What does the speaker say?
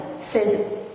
says